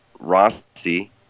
Rossi